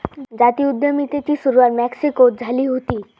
जाती उद्यमितेची सुरवात मेक्सिकोत झाली हुती